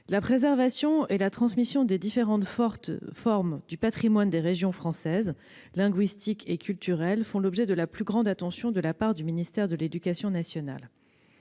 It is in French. La préservation et la transmission des différentes formes du patrimoine des régions françaises- linguistique et culturel -font l'objet de la plus grande attention de la part du ministère de l'éducation nationale.